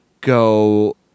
go